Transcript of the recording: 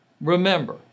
Remember